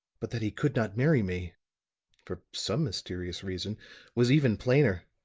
but that he could not marry me for some mysterious reason was even plainer.